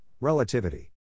relativity